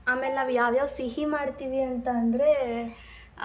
ಆಮೇಲೆ ನಾವು ಯಾವ್ಯಾವ ಸಿಹಿ ಮಾಡ್ತೀವಿ ಅಂತ ಅಂದರೆ